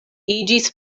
iĝis